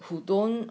who don't